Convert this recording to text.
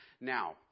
Now